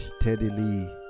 steadily